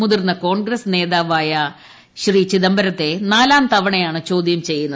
മുതിർന്ന കോൺഗ്രസ് നേതാവായ ചിദംബരത്തെ നാലാം തവണയാണ് ചോദൃം ചെയ്യുന്നത്